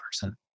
person